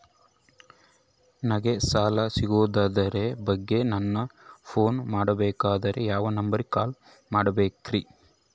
ನಂಗೆ ಸಾಲ ಸಿಗೋದರ ಬಗ್ಗೆ ನನ್ನ ಪೋನ್ ಮಾಡಬೇಕಂದರೆ ಯಾವ ನಂಬರಿಗೆ ಕಾಲ್ ಮಾಡಬೇಕ್ರಿ?